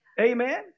Amen